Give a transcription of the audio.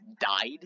died